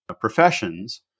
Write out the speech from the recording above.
professions